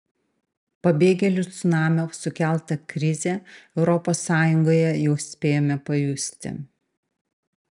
pabėgėlių cunamio sukeltą krizę europos sąjungoje jau spėjome pajusti